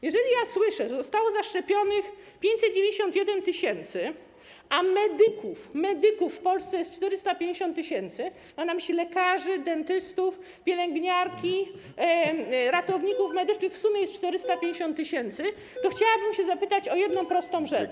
Jeżeli słyszę, że zostało zaszczepionych 591 tys., a medyków w Polsce jest 450 tys., mam na myśli lekarzy, dentystów, pielęgniarki, ratowników medycznych, w sumie jest ich 450 tys., to chciałabym zapytać o jedną prostą rzecz.